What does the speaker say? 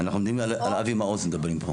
על אבי מעוז מדברים פה.